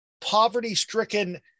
poverty-stricken